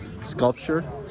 sculpture